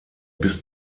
bis